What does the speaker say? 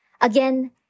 Again